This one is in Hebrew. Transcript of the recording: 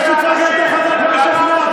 שיחזיר את הכסף.